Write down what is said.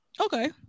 Okay